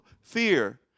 fear